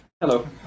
hello